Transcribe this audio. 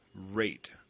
rate